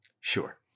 Sure